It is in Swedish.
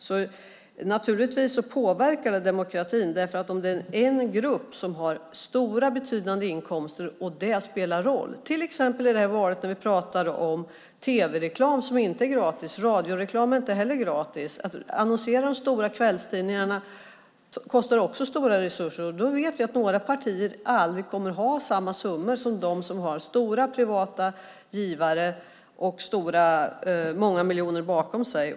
Det påverkar alltså demokratin om en grupp har stora, betydande inkomster och detta spelar roll, till exempel i det här valet. Vi pratade om tv-reklam som inte är gratis. Radioreklam är inte heller gratis, och att annonsera i de stora kvällstidningarna kostar också stora resurser. Vi vet ju att några partier aldrig kommer att ha samma summor som de som har stora privata givare och många miljoner bakom sig.